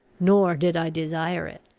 nor did i desire it.